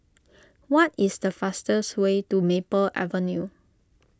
what is the fastest way to Maple Avenue